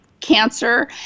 cancer